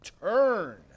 turn